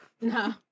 No